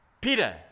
Peter